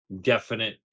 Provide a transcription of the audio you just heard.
definite